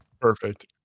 Perfect